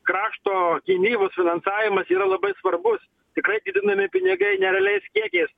krašto gynybos finansavimas yra labai svarbus tikrai didinami pinigai nerealiais kiekiais